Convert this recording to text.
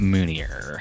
Moonier